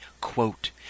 Quote